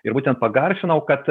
ir būtent pagarsinau kad